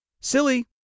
Silly